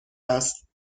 است